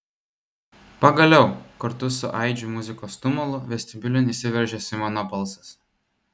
pagaliau kartu su aidžiu muzikos tumulu vestibiulin įsiveržė simono balsas